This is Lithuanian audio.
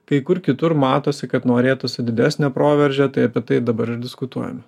kai kur kitur matosi kad norėtųsi didesnio proveržio tai apie tai dabar ir diskutuojame